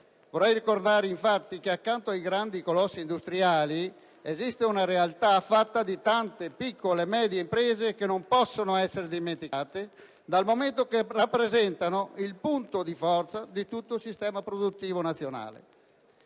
Vorrei ricordare, infatti, che accanto ai grandi colossi industriali esiste una realtà fatta di tante piccole e medie imprese che non possono essere dimenticate, dal momento che rappresentano il punto di forza di tutto il sistema produttivo nazionale.